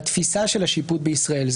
בתפיסה של השיפוט בישראל.